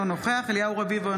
אינו נוכח אליהו רביבו,